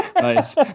Nice